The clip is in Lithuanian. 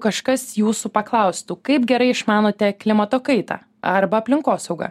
kažkas jūsų paklaustų kaip gerai išmanote klimato kaitą arba aplinkosaugą